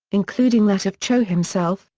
including that of cho himself,